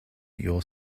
your